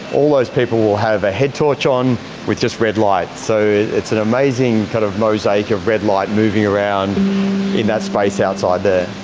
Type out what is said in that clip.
all those people will have a head torch on with just red light, so it's an amazing kind of mosaic of red light moving around in that space outside there.